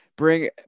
Bring